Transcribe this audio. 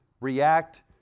react